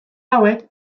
hauek